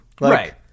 Right